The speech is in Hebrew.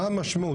מה המשמעות?